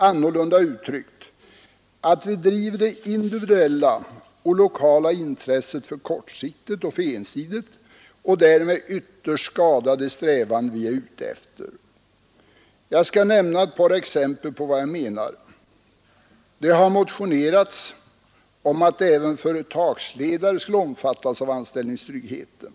Annorlunda Nr 152 uttryckt att vi driver det individuella och lokala intresset för kortsiktigt Tisdagen den och för ensidigt och därmed ytterst skadar de strävanden vi är ute efter. 11 december 1973 Jag skall nämna ett par exempel på vad jag menar. Det har motionerats om att även företagsledare skulle omfattas av anställningstryggheten.